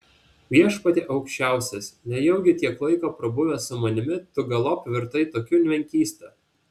viešpatie aukščiausias nejaugi tiek laiko prabuvęs su manimi tu galop virtai tokiu menkysta